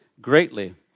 greatly